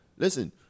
Listen